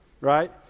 right